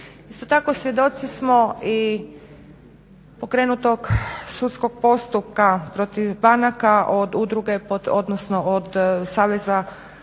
Isto tako svjedoci smo i pokrenutog sudskog postupka protiv banaka od Hrvatskog saveza